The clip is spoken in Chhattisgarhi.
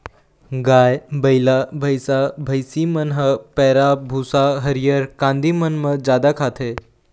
गाय, बइला, भइसा, भइसी मन ह पैरा, भूसा, हरियर कांदी मन ल जादा खाथे